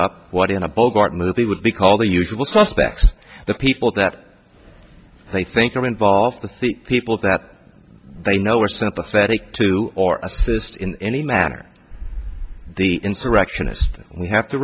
up what in a bogart movie would be called the usual suspects the people that they think are involved i think people that they know are sympathetic to or assist in any matter the insurrectionist we have to